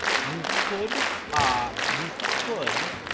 you could ah you could